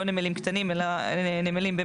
לא נמלים קטנים,